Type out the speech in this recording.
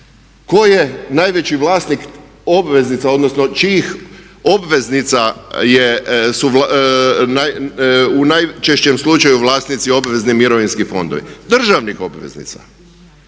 Ko je najveći vlasnik obveznica, odnosno čijih obveznica su u najčešćem slučaju vlasnici obvezni mirovinski fondovi? Državnih obveznica.